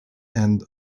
end